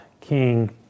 King